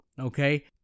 okay